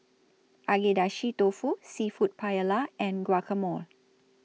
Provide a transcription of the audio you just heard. Agedashi Dofu Seafood Paella and Guacamole